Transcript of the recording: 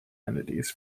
entities